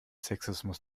sexismus